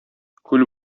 күл